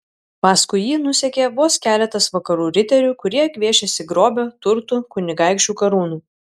paskui jį nusekė vos keletas vakarų riterių kurie gviešėsi grobio turtų kunigaikščių karūnų